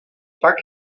tak